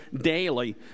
daily